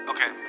Okay